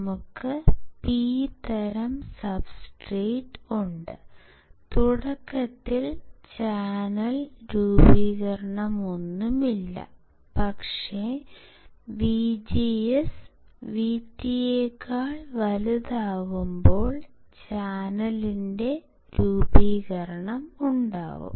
നമുക്ക് പി തരം സബ്സ്ട്രേറ്റ് ഉണ്ട് തുടക്കത്തിൽ ചാനൽ രൂപീകരണമൊന്നുമില്ല പക്ഷേ Vgs VT യെക്കാൾ വലുതാകുമ്പോൾ ചാനലിന്റെ രൂപീകരണം ഉണ്ടാകും